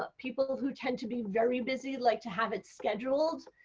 ah people who tend to be very busy like to have it scheduled.